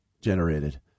generated